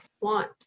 want